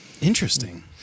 Interesting